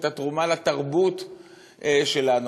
את התרומה לתרבות שלנו.